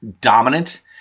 dominant